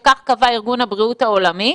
שכך קבע ארגון הבריאות העולמי,